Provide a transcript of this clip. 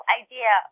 idea